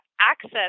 access